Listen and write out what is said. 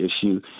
issue